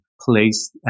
placed